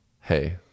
Hey